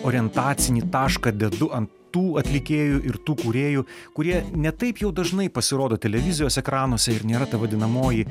orientacinį tašką dedu ant tų atlikėjų ir tų kūrėjų kurie ne taip jau dažnai pasirodo televizijos ekranuose ir nėra ta vadinamoji